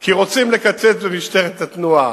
כי רוצים לקצץ במשטרת התנועה.